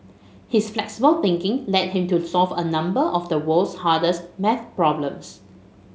his flexible thinking led him to solve a number of the world's hardest maths problems